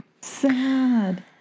sad